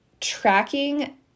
tracking